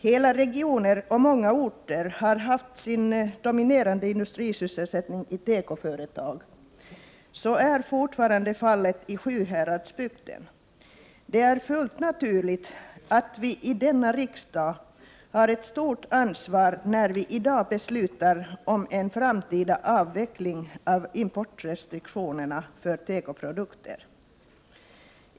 Hela regioner och många orter har haft sin dominerande industrisysselsättning i tekoföretag. Så är fortfarande fallet i Sjuhäradsbygden. Det är fullt naturligt att vi i denna kammare har ett stort ansvar när vi i dag beslutar om en framtida avveckling av importrestriktionerna för tekoprodukter.